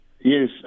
Yes